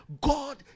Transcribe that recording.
God